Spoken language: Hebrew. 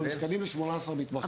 יש לנו תקנים ל-18 מתמחים.